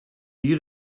die